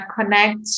connect